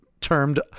termed